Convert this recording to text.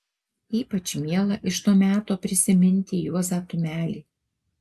ypač miela iš to meto prisiminti juozą tumelį